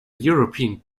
european